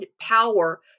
power